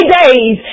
days